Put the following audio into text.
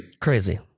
Crazy